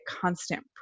constant